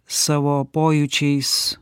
savo pojūčiais